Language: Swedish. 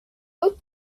upp